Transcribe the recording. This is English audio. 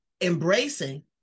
embracing